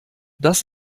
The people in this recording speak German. das